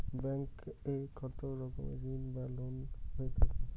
Bank এ কত রকমের ঋণ বা লোন হয়ে থাকে?